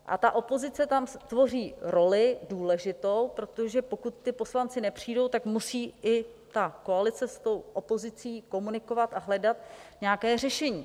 A ta opozice tam tvoří důležitou roli, protože pokud ti poslanci nepřijdou, tak musí i ta koalice spolu s opozicí komunikovat a hledat nějaké řešení.